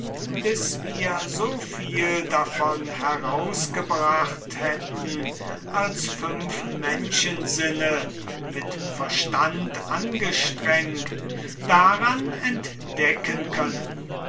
bis wir so viel davon herausgebracht hätten als fünf menschensinne mit verstand angestrengt daran entdecken können